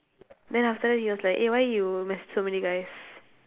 then after that he was like eh why you message so many guys